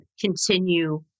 continue